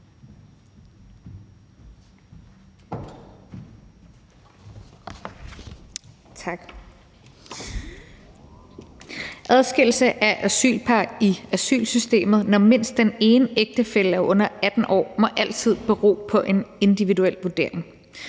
Adskillelse af asylpar i asylsystemet, når mindst den ene ægtefælle er under 18 år, må altid bero på en individuel vurdering.